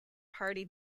party